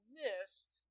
missed